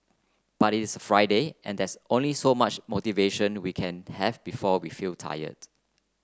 but it's Friday and there's only so much motivation we can have before we feel tired